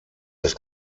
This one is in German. das